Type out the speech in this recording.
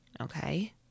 okay